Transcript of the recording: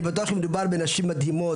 אני בטוח שמדובר בנשים מדהימות,